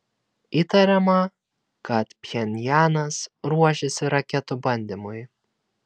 įtariama kad pchenjanas ruošiasi raketų bandymui